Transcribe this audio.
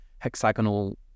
hexagonal